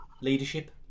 leadership